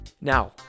Now